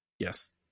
Yes